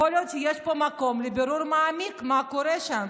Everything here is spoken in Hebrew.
אז יכול להיות שיש פה מקום לבירור מעמיק מה קורה שם,